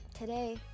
Today